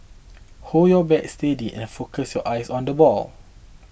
hold your bat steady and focus your eyes on the ball